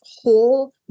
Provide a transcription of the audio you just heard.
whole